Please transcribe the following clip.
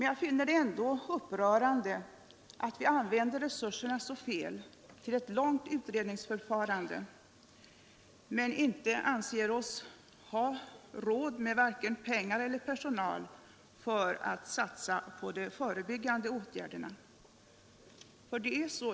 Jag finner det ändå upprörande att vi använder resurserna så felaktigt och samtidigt inte anser oss ha möjlighet att satsa pengar och personal på de förebyggande åtgärderna.